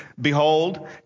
Behold